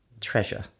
treasure